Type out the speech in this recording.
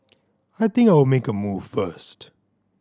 I think I'll make a move first